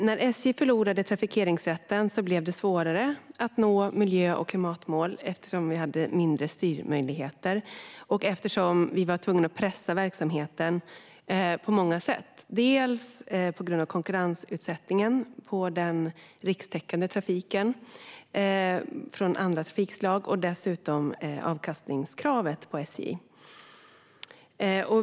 När SJ förlorade trafikeringsrätten blev det svårare att nå miljö och klimatmål eftersom vi hade mindre styrmöjligheter och var tvungna att pressa verksamheten på många sätt - dels på grund av konkurrensutsättningen från andra trafikslag på den rikstäckande trafiken, dels på grund av avkastningskravet på SJ.